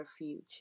refuge